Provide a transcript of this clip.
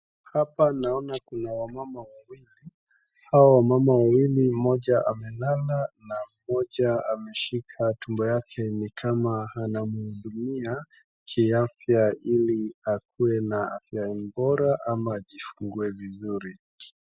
Hapa naona kuna wamama wawili, hawa wamama wawili mmoja amelala na mmoja ameshika tumbo yake ni kama anamhudumia kiafya ili akuwe na afya bora ama ajifungue vizuri.